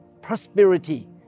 prosperity